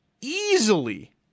easily